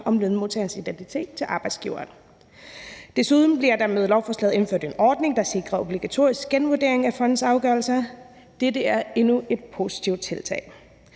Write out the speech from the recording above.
om lønmodtagerens identitet til arbejdsgiveren. Desuden bliver der med lovforslaget indført en ordning, der sikrer obligatorisk genvurdering af fondens afgørelser. Dette er endnu et positivt tiltag.